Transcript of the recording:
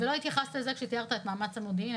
ולא התייחסת לזה כשתיארת את מאמץ המודיעיני,